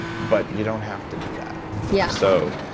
but you don't have to do that yeah so,